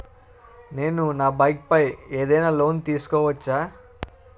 నేను నా బైక్ పై ఏదైనా లోన్ తీసుకోవచ్చా?